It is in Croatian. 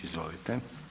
Izvolite.